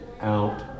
out